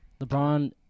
LeBron